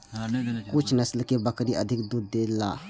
कुन नस्ल के बकरी अधिक दूध देला?